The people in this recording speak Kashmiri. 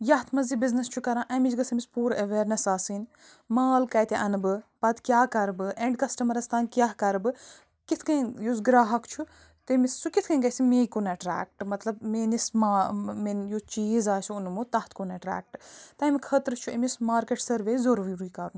یَتھ منٛز یہِ بزنٮ۪س چھُ کَران اَمِچ گٔژھہِ أمس پوٗرٕ ایٚویرنٮ۪س آسٕنۍ مال کَتہِ اَنہٕ بہٕ پَتہٕ کیٛاہ کَرٕ بہٕ اینڈ کسٹمَرس تانۍ کیٛاہ کَرٕ بہٕ کِتھ کٔنۍ یُس گَراہک چھُ تٔمِس سُہ کِتھ کٔنۍ گَژھِ مے کُن اٹریکٹ مطلب میٲنس ما مےٚ یُس چیٖز آسہِ اوٚنمُت تَتھ کُن اٹریکٹ تَمہِ خٲطرٕ چھُ أمِس مارکیٹ سٔروے ضُروری کَرُن